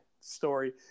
story